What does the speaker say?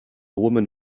woman